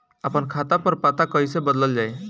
आपन खाता पर पता कईसे बदलल जाई?